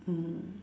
mm